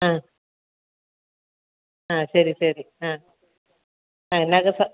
ആ ആ ശരി ശരി ആ ആ എന്നായൊക്കെ